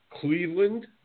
Cleveland